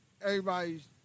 everybody's